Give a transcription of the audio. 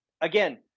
Again